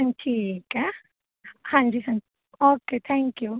ਠੀਕ ਆ ਹਾਂਜੀ ਹਾਂਜੀ ਓਕੇ ਥੈਂਕ ਯੂ